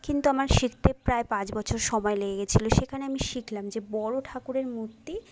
কিন্তু আমার শিখতে প্রায় পাঁচ বছর সময় লেগে গেছিলো সেখানে আমি শিখলাম যে বড়ো ঠাকুরের মূর্তি